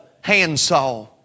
handsaw